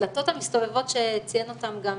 הדלתות המסתובבות, שציין אותן גם